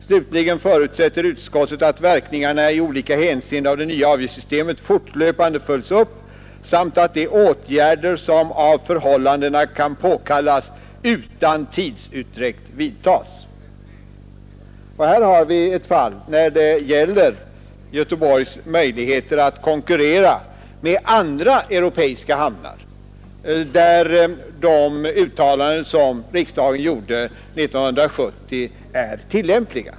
Slutligen förutsätter utskottet att verkningarna i olika hänseenden av det nya avgiftssystemet fortlöpande följes upp samt att de åtgärder som av förhållandena kan påkallas utan tidsutdräkt vidtas.” Här har vi nu ett fall, nämligen när det gäller Göteborgs möjligheter att konkurrera med andra europeiska hamnar, där det uttalande som riksdagen gjorde 1970 är tillämpligt.